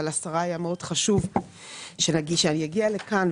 אבל לשרה היה מאוד חשוב שאני אגיע לכאן,